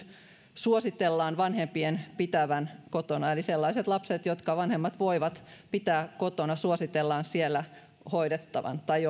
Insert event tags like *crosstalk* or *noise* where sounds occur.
suositellaan vanhempien pitävän kotona eli sellaiset lapset jotka vanhemmat voivat pitää kotona suositellaan siellä hoidettavan tai *unintelligible*